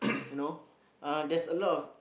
you know uh there's a lot of